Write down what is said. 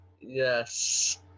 Yes